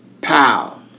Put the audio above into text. pow